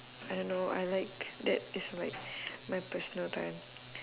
I don't know I like that is like my personal time